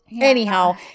Anyhow